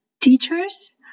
teachers